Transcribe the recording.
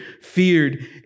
feared